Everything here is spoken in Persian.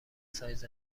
سایز